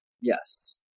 Yes